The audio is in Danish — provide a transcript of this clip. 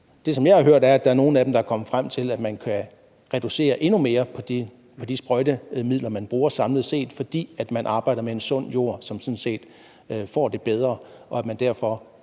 Det, som jeg har hørt, er, at der er nogle af dem, der er kommet frem til, at man kan reducere endnu mere på de sprøjtemidler, man bruger samlet set, fordi man arbejder med en sund jord, som sådan set får det bedre, således at man kan